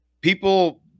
people